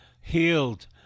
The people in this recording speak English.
Healed